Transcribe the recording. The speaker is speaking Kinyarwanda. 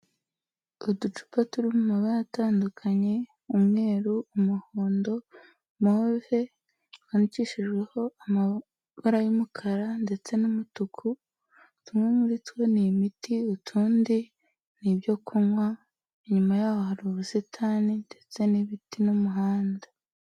Uducupa turi mu mabara atandukanye umweru, umuhondo, move, wandikishijweho amabara y'umukara ndetse n'umutuku, tumwe muri two ni imiti, utundi n'ibyo kunywa, inyuma yaho hari ubusitani ndetse n'ibiti n'umuhanda.